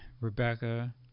rebecca